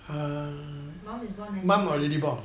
mmhmm mum is born nineteen seventy